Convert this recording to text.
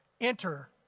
enter